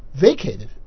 vacated